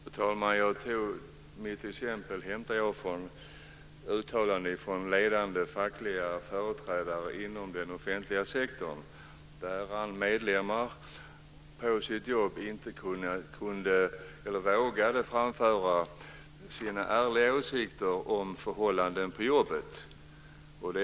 Fru talman! Jag hämtade mitt exempel från uttalanden av ledande fackliga företrädare inom den offentliga sektorn. Deras medlemmar vågade på sitt jobb inte framföra sina ärliga åsikter om förhållanden på jobbet.